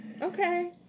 Okay